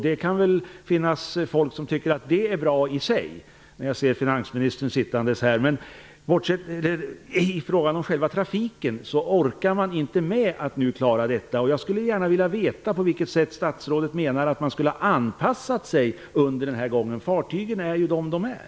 När jag ser finansministern sitta här inser jag att det i och för sig kan finnas personer som tycker att det är bra, men inom sjö trafiken klarar man inte detta. Jag skulle gärna vilja veta på vilket sätt statsrådet menar att man skulle ha anpassat sig under den här perioden. Fartygen är ju som de är.